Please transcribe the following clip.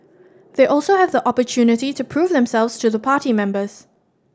they also have the opportunity to prove themselves to the party members